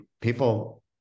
people